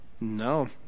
no